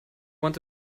want